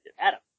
Adam